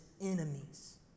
enemies